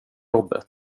jobbet